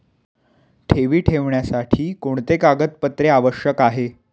ठेवी ठेवण्यासाठी कोणते कागदपत्रे आवश्यक आहे?